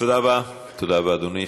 תודה רבה, אדוני.